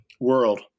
world